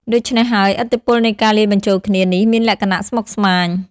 ដូច្នេះហើយ ឥទ្ធិពលនៃការលាយបញ្ចូលគ្នានេះមានលក្ខណៈស្មុគស្មាញ។